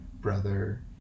brother